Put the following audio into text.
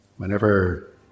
Whenever